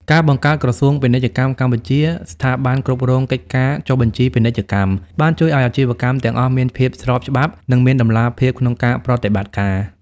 ការបង្កើតក្រសួងពាណិជ្ជកម្មជាស្ថាប័នគ្រប់គ្រងកិច្ចការចុះបញ្ជីពាណិជ្ជកម្ម បានជួយឱ្យអាជីវកម្មទាំងអស់មានភាពស្របច្បាប់ និងមានតម្លាភាពក្នុងការប្រតិបត្តិការ។